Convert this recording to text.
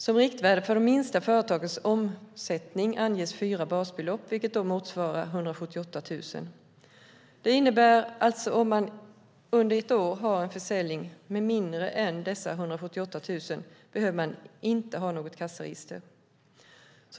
Som riktvärde för de minsta företagens omsättning anges fyra basbelopp, vilket motsvarar runt 178 000 kronor. Det innebär att om man under ett år har försäljning för mindre än 178 000 kronor behöver man inte ha något kassaregister.